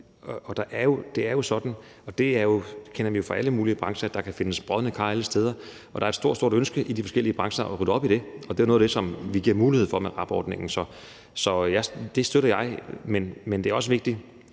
Det er jo sådan – det kender vi inden for alle mulige brancher – at der kan findes brodne kar alle steder, og der er et stort, stort ønske i de forskellige brancher om at rydde op i det. Det er noget af det, som vi giver mulighed for med RAB-ordningen, så det støtter jeg, men det er også vigtigt,